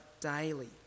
daily